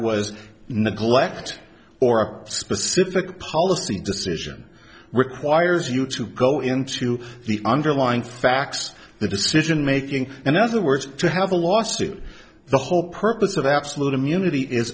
neglect or a specific policy decision requires you to go into the underlying facts the decision making and other words to have a lawsuit the whole purpose of absolute immunity is